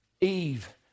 Eve